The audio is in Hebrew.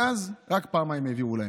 מאז רק פעמיים העבירו להם.